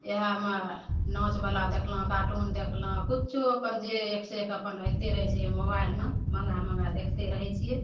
इएहमे नाचवला देखलहुँ कार्टून देखलहुँ कुछो अपन जे एकसँ एक अपन अइतय रहय छै मोबाइलमे मङ्गा मङ्गा देखिते रहय छियै